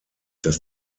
dass